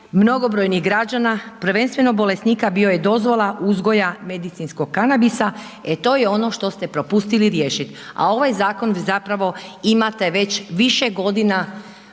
mnogobrojnih građana, prvenstveno bolesnika bio je dozvola uzgoja medicinskog kanabisa, e to je ono što ste propustili riješiti. A ovaj zakon zapravo imate već više godina